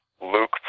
Luke